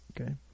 Okay